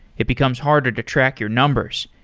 it becomes harder to track your numbers.